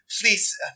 please